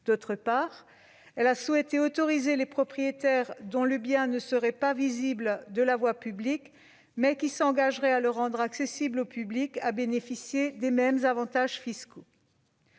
d'autre part, elle a souhaité autoriser les propriétaires dont le bien ne serait pas visible de la voie publique, mais qui s'engageraient à le rendre accessible au public, à bénéficier des mêmes avantages fiscaux.